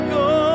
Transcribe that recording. go